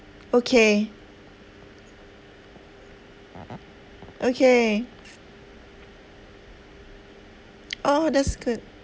okay okay oh that's good